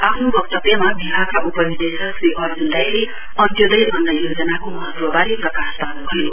आफ्नो वक्तव्यमा विभागका उपनिर्देशक श्री अर्जुन राईले अन्त्योदय अन्न योजनाको महत्वबारे प्रकाश पार्न्भयो